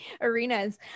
arenas